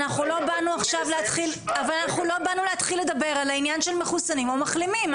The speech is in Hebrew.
אנחנו לא באנו עכשיו להתחיל לדבר על העניין של מחסונים ומחלימים.